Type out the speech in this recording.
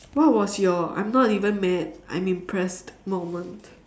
what was your I'm not even mad I'm impressed moment